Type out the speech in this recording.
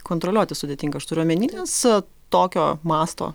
kontroliuoti sudėtinga aš turiu omeny su tokio masto